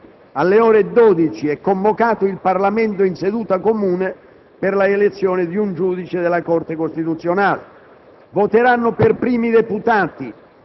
Mercoledì 20 giugno, alle ore 12, è convocato il Parlamento in seduta comune per l'elezione di un giudice della Corte costituzionale.